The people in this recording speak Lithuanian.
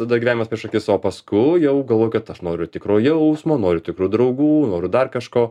tada gyvenimas prieš akis o paskui jau galvoju kad aš noriu tikro jausmo noriu tikrų draugų noriu dar kažko